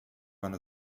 one